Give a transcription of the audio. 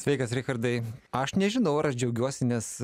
sveikas richardai aš nežinau ar aš džiaugiuosi nes